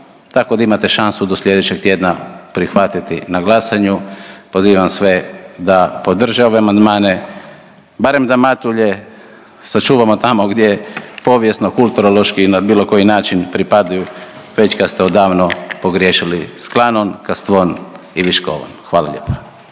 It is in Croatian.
tako da imate šansu do slijedećeg tjedna prihvatiti na glasanju. Pozivam sve da podrže ove amandmane. Barem da Matulje sačuvamo tamo gdje je povijesno, kulturološki i na bilo koji način pripadaju već kad ste odavno pogriješili s Klanom, Kastvom i Viškovom. Hvala lijepa.